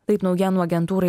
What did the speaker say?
taip naujienų agentūrai